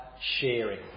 sharing